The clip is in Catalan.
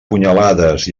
punyalades